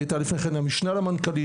הייתה לפני כן המשנה למנכ"לית,